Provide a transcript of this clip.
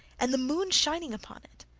and the moon shining upon it!